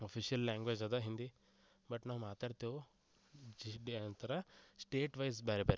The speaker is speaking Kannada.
ಅಫೀಷಿಯಲ್ ಲ್ಯಾಂಗ್ವೇಜ್ ಅದ ಹಿಂದಿ ಬಟ್ ನಾವು ಮಾತಾಡ್ತೇವು ಅಂತಾರ ಸ್ಟೇಟ್ ವೈಸ್ ಬೇರೆ ಬೇರೆ